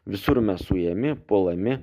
visur mes ujami puolami